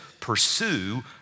pursue